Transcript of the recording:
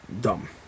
dumb